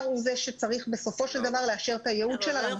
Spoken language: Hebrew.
צריך בסופו של דבר לאשר את הייעוד שלה.